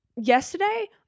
Yesterday